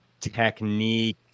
technique